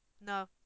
No